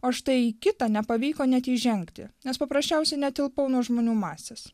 o štai į kita nepavyko net įžengti nes paprasčiausiai netilpau nuo žmonių masės